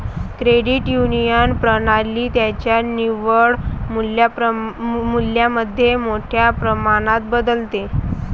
credit union प्रणाली त्यांच्या निव्वळ मूल्यामध्ये मोठ्या प्रमाणात बदलते